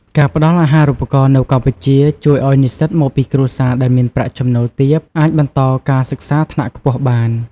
ការផ្តល់អាហារូបករណ៍នៅកម្ពុជា ជួយឱ្យនិស្សិតមកពីគ្រួសារដែលមានប្រាក់ចំណូលទាបអាចបន្តការសិក្សាថ្នាក់ខ្ពស់បាន។